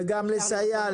וגם לסייע.